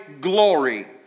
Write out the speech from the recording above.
glory